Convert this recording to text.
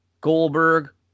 Goldberg